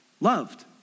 loved